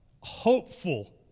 hopeful